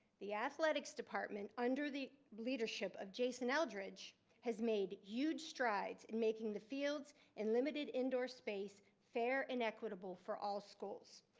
the athletics department under the leadership of jason eldredge has made huge strides in making the fields and limited indoor space, fair and equitable for all schools,